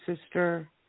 sister